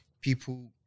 people